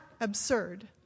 absurd